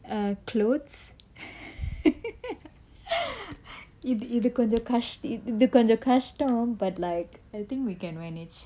err clothes இது இது கொஞ்சம் கஸ்~ இது கொஞ்சம் கஸ்டம்:ithu ithu konjam kas~ ithu konjam kastam but like I think we can manage